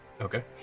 Okay